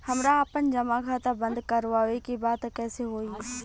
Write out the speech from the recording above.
हमरा आपन जमा खाता बंद करवावे के बा त कैसे होई?